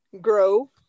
grow